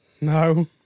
no